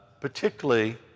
particularly